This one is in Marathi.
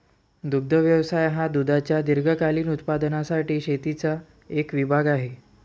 दुग्ध व्यवसाय हा दुधाच्या दीर्घकालीन उत्पादनासाठी शेतीचा एक विभाग आहे